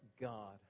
God